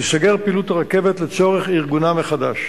תיסגר פעילות הרכבת לצורך ארגונה מחדש.